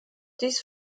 dies